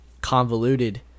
convoluted